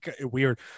weird